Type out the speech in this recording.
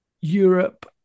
Europe